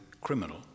criminal